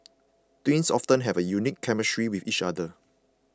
twins often have a unique chemistry with each other